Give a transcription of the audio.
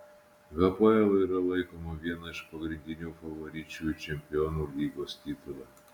hapoel yra laikoma viena iš pagrindinių favoričių į čempionų lygos titulą